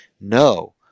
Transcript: no